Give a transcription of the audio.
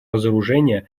разоружения